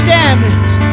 damaged